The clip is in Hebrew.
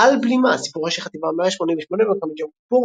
על בלימה סיפורה של חטיבה 188 במלחמת יום כיפור,